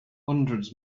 hundreds